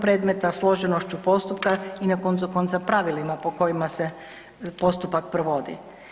predmeta, složenošću postupka i na koncu konca pravilima po kojima se postupak provodi.